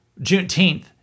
Juneteenth